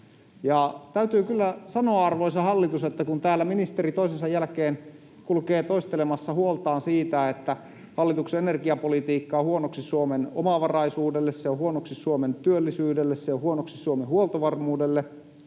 puuhaketta.” Ja, arvoisa hallitus, kun täällä ministeri toisensa jälkeen kulkee toistelemassa huoltaan siitä, että hallituksen energiapolitiikka on huonoksi Suomen omavaraisuudelle, se on huonoksi Suomen työllisyydelle, se on huonoksi Suomen huoltovarmuudelle,